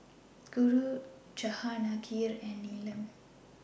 Guru Jahangir and Neelam